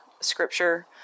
scripture